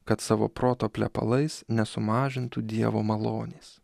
kad savo proto plepalais nesumažintų dievo malonės